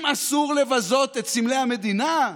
אם אסור לבזות את סמלי המדינה,